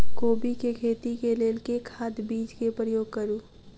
कोबी केँ खेती केँ लेल केँ खाद, बीज केँ प्रयोग करू?